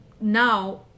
now